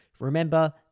Remember